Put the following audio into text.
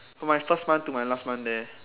from my first month to my last month there